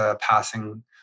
passing